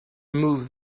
move